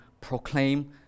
proclaim